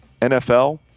NFL